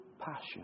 passion